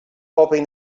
hoping